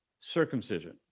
circumcision